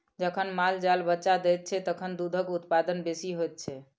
जखन माल जाल बच्चा दैत छै, तखन दूधक उत्पादन बेसी होइत छै